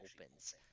opens